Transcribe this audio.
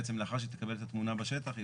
בעצם לאחר שהיא תקבל את התמונה בשטח היא